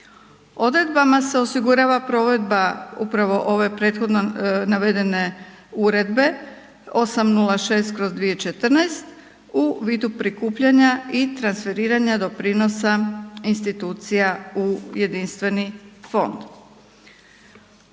Odredbama se osigurava provedba upravo ove prethodno navedene Uredbe 806/2014 u vidu prikupljanja i transferiranja doprinosa institucija u jedinstveni fond.